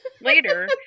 Later